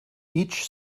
each